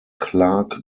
clark